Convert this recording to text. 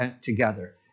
together